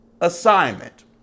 assignment